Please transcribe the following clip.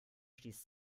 schließt